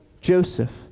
Joseph